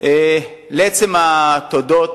לעצם התודות,